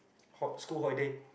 ho~ school holidays